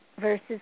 versus